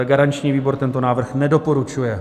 Garanční výbor tento návrh nedoporučuje.